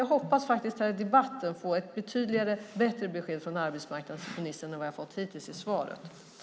Jag hoppas att i debatten få ett betydligt bättre besked från arbetsmarknadsministern än jag fått hittills i svaret.